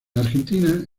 argentina